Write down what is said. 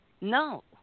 No